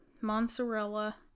mozzarella